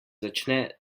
začne